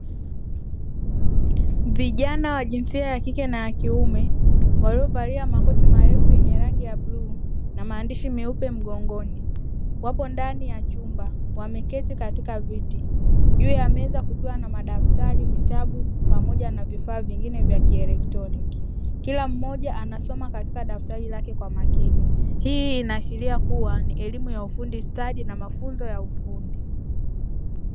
Vijana wa jinsia ya kike na ya kiume; waliovalia makoti marefu yenye rangi ya bluu na maandishi meupe mgongoni, wapo ndani ya chumba wameketi katika viti, juu ya meza kukiwa na madaftari, vitabu pamoja na vifaa vingine vya kielektroniki. Kila mmoja anasoma katika daftari lake kwa makini. Hii inaashiria kuwa ni elimu ya ufundi stadi na mafunzo ya ufundi.